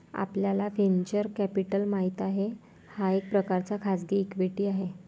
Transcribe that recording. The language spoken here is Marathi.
आपल्याला व्हेंचर कॅपिटल माहित आहे, हा एक प्रकारचा खाजगी इक्विटी आहे